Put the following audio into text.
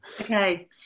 Okay